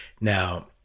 Now